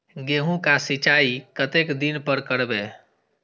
गेहूं का सीचाई कतेक दिन पर करबे?